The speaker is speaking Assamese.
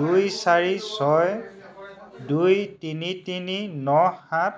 দুই চাৰি ছয় দুই তিনি তিনি ন সাত